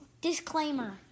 Disclaimer